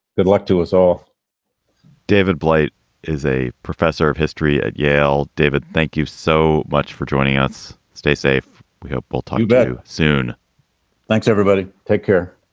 good luck to us all david blight is a professor of history at yale. david, thank you so much for joining us. stay safe. we hope we'll tombo soon thanks, everybody. take care.